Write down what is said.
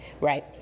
Right